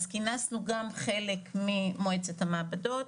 אז כינסנו גם חלק ממועצת המעבדות.